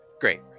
great